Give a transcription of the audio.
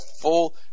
full